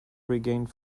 regained